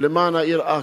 למען העיר עכו.